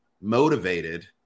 motivated